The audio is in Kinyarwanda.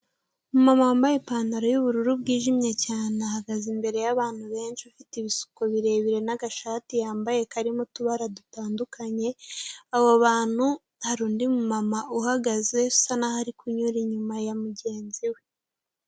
Umumama wambaye ipantaro y'ubururu bwijimye cyane ahagaze imbere y'abantu benshi afite ibisuko birebire n'agashati yambaye karimo utubara dutandukanye, aho hantu hari undi mama uhagaze usa n'aho ari kunyura inyuma ya mugenzi we.